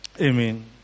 Amen